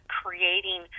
creating